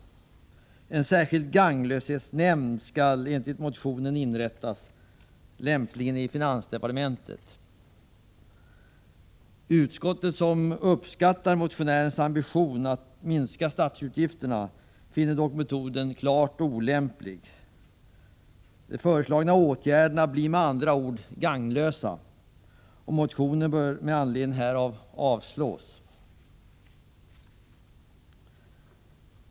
En särskild ”gagnlöshetsnämnd” skall enligt motionen inrättas, lämpligen i finansdepartementet. Utskottet, som uppskattar motionärens ambition att minska statsutgifterna, finner dock metoden klart olämplig. De föreslagna åtgärderna blir med andra ord gagnlösa. Motionen bör med anledning härav avslås.